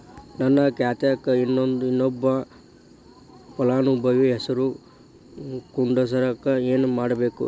ನನ್ನ ಖಾತೆಕ್ ಇನ್ನೊಬ್ಬ ಫಲಾನುಭವಿ ಹೆಸರು ಕುಂಡರಸಾಕ ಏನ್ ಮಾಡ್ಬೇಕ್ರಿ?